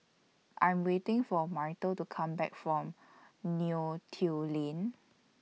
I Am waiting For Myrtle to Come Back from Neo Tiew Lane